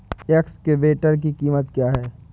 Excavator की कीमत क्या है?